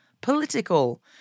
political